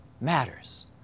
matters